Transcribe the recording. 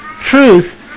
Truth